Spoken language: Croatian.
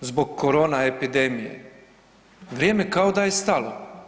zbog korona epidemije, vrijeme kao da je stalo.